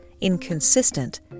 inconsistent